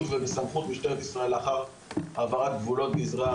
ובסמכות משטרת ישראל לאחר העברת גבולות גזרה